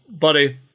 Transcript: buddy